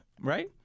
right